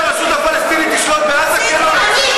כן או לא?